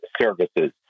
services